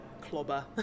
clobber